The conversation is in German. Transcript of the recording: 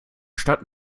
stadt